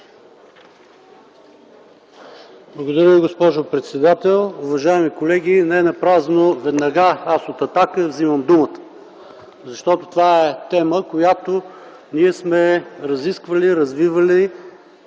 Благодаря Ви, госпожо председател. Уважаеми колеги, ненапразно веднага аз, от „Атака”, взимам думата, защото това е тема, която ние сме разисквали, развивали